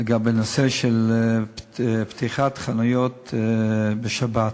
לנושא של פתיחת חנויות בשבת.